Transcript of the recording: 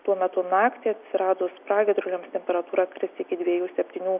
tuo metu naktį atsiradus pragiedruliams temperatūra kris iki dviejų septynių